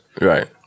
Right